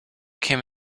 came